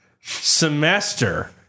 semester